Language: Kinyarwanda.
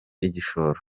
igishoro